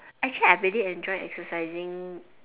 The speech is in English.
actually I really enjoy exercising